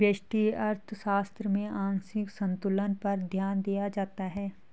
व्यष्टि अर्थशास्त्र में आंशिक संतुलन पर ध्यान दिया जाता है